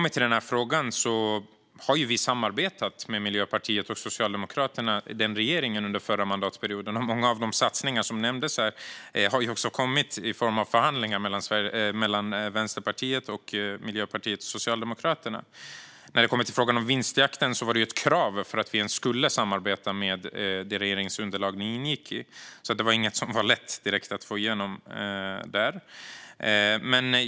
I den här frågan samarbetade vi ju under förra mandatperioden med Miljöpartiet och Socialdemokraterna, den förra regeringen. Många av de satsningar som nämndes här har kommit till genom förhandlingar mellan Vänsterpartiet, Miljöpartiet och Socialdemokraterna. Vinstjakten var ett krav för att vi ens skulle samarbeta med det regeringsunderlag som Miljöpartiet ingick i. Det var alltså inget som var direkt lätt att få igenom.